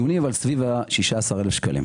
סביב ה-11,000 שקלים.